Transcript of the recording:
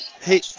Hey